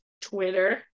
Twitter